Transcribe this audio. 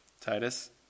Titus